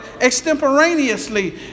extemporaneously